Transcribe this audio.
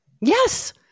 Yes